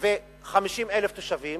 ו-50,000 תושבים,